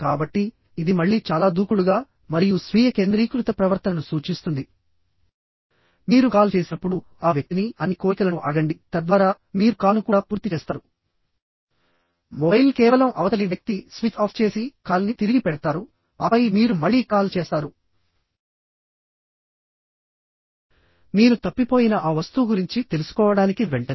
కాబట్టి ఇది మళ్ళీ చాలా దూకుడుగా మరియు స్వీయ కేంద్రీకృత ప్రవర్తనను సూచిస్తుంది మీరు కాల్ చేసినప్పుడు ఆ వ్యక్తిని అన్ని కోరికలను అడగండి తద్వారా మీరు కాల్ను కూడా పూర్తి చేస్తారు మొబైల్ కేవలం అవతలి వ్యక్తి స్విచ్ ఆఫ్ చేసి కాల్ని తిరిగి పెడతారు ఆపై మీరు మళ్లీ కాల్ చేస్తారు మీరు తప్పిపోయిన ఆ వస్తువు గురించి తెలుసుకోవడానికి వెంటనే